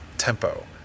tempo